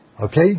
Okay